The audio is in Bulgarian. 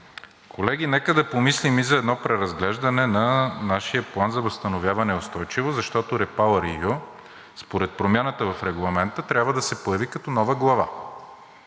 колеги, нека да помислим и за едно преразглеждане на нашия План за възстановяване и устойчивост, защото REPowerEU според промяната в Регламента трябва да се появи като нова глава.